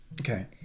okay